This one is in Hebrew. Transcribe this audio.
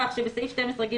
כך שבסעיף 12(ג),